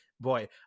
boy